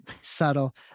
subtle